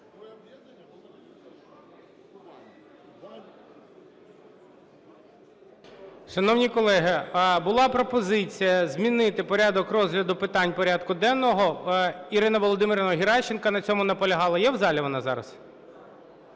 Шановні колеги, була пропозиція змінити порядок розгляду питань порядку денного. Ірина Володимирівна Геращенко на цьому наполягала. Є в залі вона зараз?